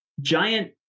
giant